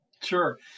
Sure